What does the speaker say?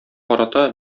карата